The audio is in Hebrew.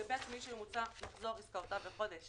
לגבי עצמאי שממוצע מחזור עסקאותיו לחודש